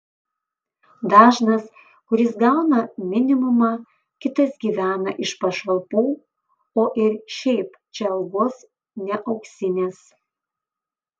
dažnas kuris gauna minimumą kitas gyvena iš pašalpų o ir šiaip čia algos ne auksinės